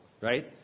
right